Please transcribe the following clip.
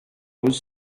rose